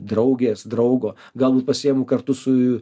draugės draugo galbūt pasiimu kartu su